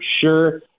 sure